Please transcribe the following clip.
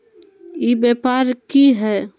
ई व्यापार की हाय?